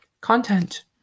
content